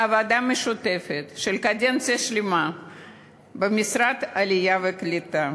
מעבודה משותפת של קדנציה שלמה במשרד העלייה והקליטה.